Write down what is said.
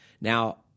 Now